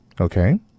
Okay